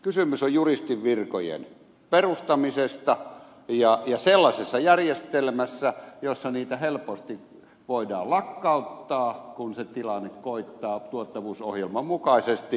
kysymys on juristin virkojen perustamisesta ja sellaisesta järjestelmästä jossa niitä helposti voidaan lakkauttaa kun se tilanne koittaa tuottavuusohjelman mukaisesti